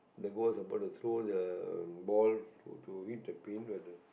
the those about the ball to to hit the paint where the